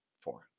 four